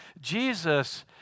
Jesus